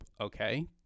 okay